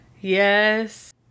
Yes